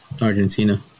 Argentina